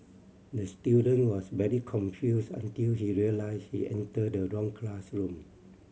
the student was very confused until he realised he entered the wrong classroom